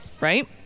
Right